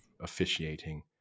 officiating